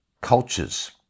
cultures